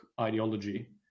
ideology